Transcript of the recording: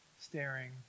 staring